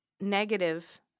negative